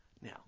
Now